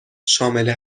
شامل